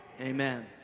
Amen